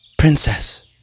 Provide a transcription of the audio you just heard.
Princess